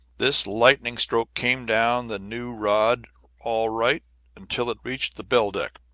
this lightning stroke came down the new rod all right until it reached the bell-deck,